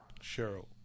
Cheryl